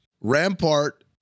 Rampart